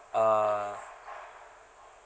uh